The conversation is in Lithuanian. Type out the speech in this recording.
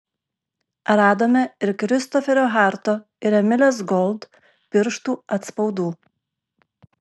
radome ir kristoferio harto ir emilės gold pirštų atspaudų